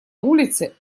улице